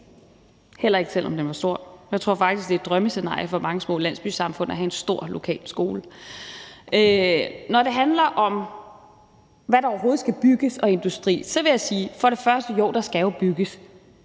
heller ikke selv om den var stor. Jeg tror faktisk, det er et drømmescenarie for mange små landsbysamfund at have en stor lokal skole. Når det handler om, hvad der overhovedet skal bygges, og om industri, så vil jeg først sige, at der jo skal bygges,